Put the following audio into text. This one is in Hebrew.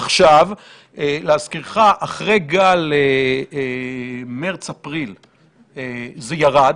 עכשיו, להזכירך, אחרי גל מרס-אפריל זה ירד.